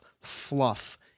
fluff